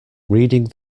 reading